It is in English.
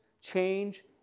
change